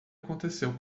aconteceu